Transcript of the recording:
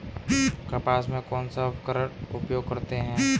कपास में कौनसा उर्वरक प्रयोग करते हैं?